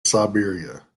siberia